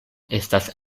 estas